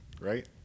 right